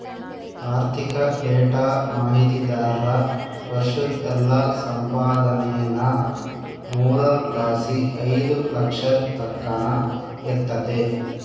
ಆರ್ಥಿಕ ಡೇಟಾ ಮಾಹಿತಿದಾರ್ರ ವರ್ಷುದ್ ಎಲ್ಲಾ ಸಂಪಾದನೇನಾ ಮೂರರ್ ಲಾಸಿ ಐದು ಲಕ್ಷದ್ ತಕನ ಇರ್ತತೆ